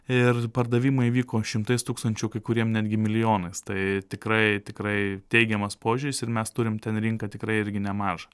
ir pardavimai vyko šimtais tūkstančių o kai kuriem netgi milijonais tai tikrai tikrai teigiamas požiūris ir mes turim ten rinką tikrai irgi nemažą